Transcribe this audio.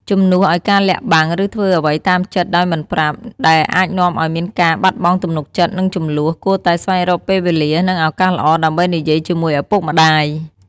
ជំនួសឲ្យការលាក់បាំង ឬធ្វើអ្វីតាមចិត្តដោយមិនប្រាប់ ដែលអាចនាំឲ្យមានការបាត់បង់ទំនុកចិត្ត និងជម្លោះ គួរតែស្វែងរកពេលវេលា និងឱកាសល្អដើម្បីនិយាយជាមួយឪពុកម្ដាយ។